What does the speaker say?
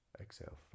exhale